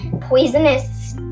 poisonous